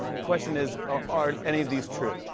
the question is, are any of these true?